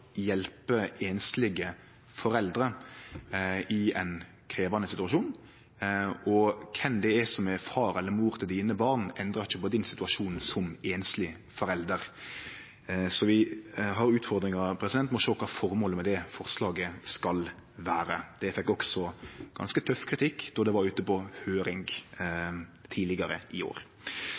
hjelpe einslege foreldre i ein krevjande situasjon, og kven det er som er far eller mor til dine barn, endrar ikkje på din situasjon som einsleg forelder, så vi har utfordringar med å sjå kva føremålet med det forslaget skal vere. Det fekk også ganske tøff kritikk då det var ute på høyring tidlegare i år.